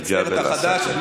סליחה, שכחתי.